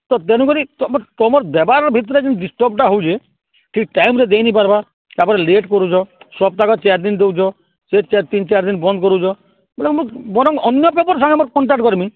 ତ ତେଣୁକରି ତମେ ତମର୍ ଦେବାର ଭିତରେ ଯେନ୍ ଡିଷ୍ଟର୍ବଟା ହେଉଛେ ଠିକ ଟାଇମରେ ଦେଇନି ପାର୍ବା ତାପରେ ଲେଟ୍ କରୁଛ ସପ୍ତାହକେ ଚାରିଦିନ ଦେଉଛ ସେ ତିନି ଚାରିଦିନ ବନ୍ଦ କରୁଛ ମୁଁ ବରଂ ଅନ୍ୟ ପେପର ସାଙ୍ଗେ ମୋତେ କଣ୍ଟାକ୍ଟ କର୍ମି